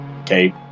okay